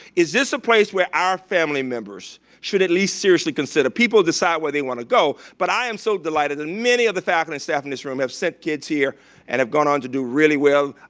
is this a place where our family members should at least seriously consider. people decide where they want to go, but i am so delighted that many of the faculty and staff in this room have sent kids here and have gone on to do really well,